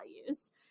values